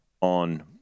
on